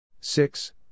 six